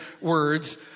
words